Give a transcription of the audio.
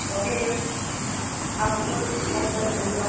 okay ma'am आपको बहुत बहुत धन्यवाद